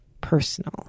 personal